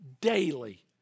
daily